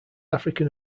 african